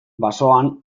basoan